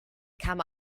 come